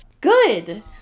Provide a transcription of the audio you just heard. Good